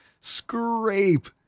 Scrape